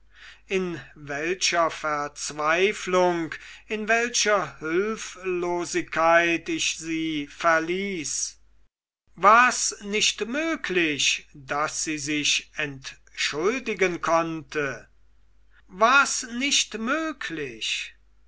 in welcher verzweiflung in welcher hülflosigkeit ich sie verließ war's nicht möglich daß sie sich entschuldigen konnte war's nicht möglich